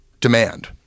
demand